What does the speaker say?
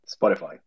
Spotify